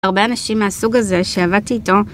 הרבה אנשים מהסוג הזה שעבדתי איתו